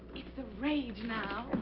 it's the rage now.